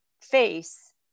face